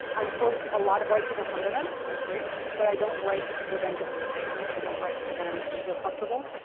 um ah lot of white people come to them. that's great. but, i don't write for them to understand. i don't write for them to feel comfortable.